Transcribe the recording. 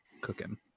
cooking